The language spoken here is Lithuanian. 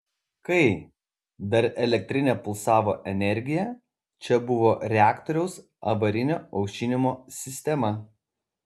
kai dar elektrinė pulsavo energija čia buvo reaktoriaus avarinio aušinimo sistema